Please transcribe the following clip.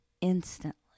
instantly